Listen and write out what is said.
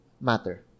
matter